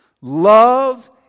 love